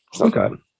Okay